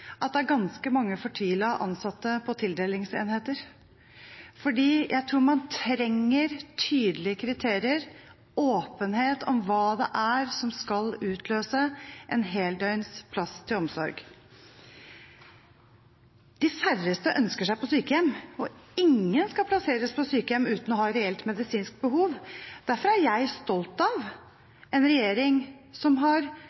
er ganske mange fortvilte ansatte på tildelingsenheter, fordi, tror jeg, man trenger tydelige kriterier og åpenhet om hva det er som skal utløse en heldøgns plass til omsorg. De færreste ønsker seg på sykehjem, og ingen skal plasseres på sykehjem uten å ha reelt medisinsk behov. Derfor er jeg stolt av en regjering som har